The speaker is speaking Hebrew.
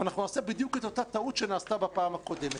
אנחנו נעשה בדיוק את אותה טעות שנעשתה בפעם הקודמת.